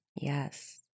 Yes